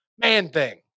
Man-Thing